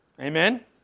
Amen